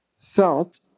felt